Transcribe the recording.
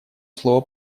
слово